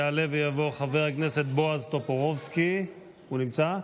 יעלה ויבוא חבר הכנסת בועז טופורובסקי, הוא נמצא?